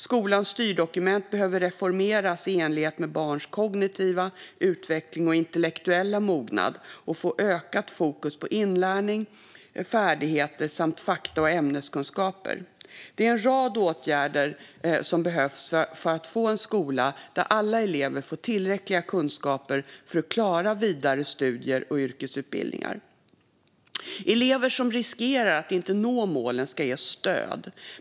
Skolans styrdokument behöver reformeras i enlighet med barns kognitiva utveckling och intellektuella mognad och få ökat fokus på inlärning och färdigheter samt fakta och ämneskunskaper. Det är en rad åtgärder som behövs för att få en skola där alla elever får tillräckliga kunskaper för att klara vidare studier och yrkesutbildningar. Elever som riskerar att inte nå målen ska ges stöd.